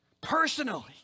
personally